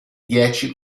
dieci